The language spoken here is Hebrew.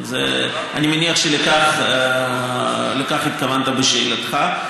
אני מניח שלכך התכוונת בשאלתך.